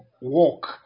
walk